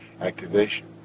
activation